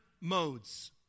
modes